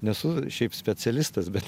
nesu šiaip specialistas bet